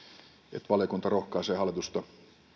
että valiokunta rohkaisee hallitusta